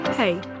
Hey